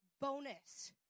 bonus